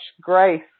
Grace